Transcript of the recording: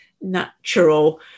natural